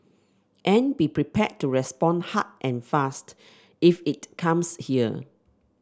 and be prepared to respond hard and fast if it comes here